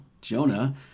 Jonah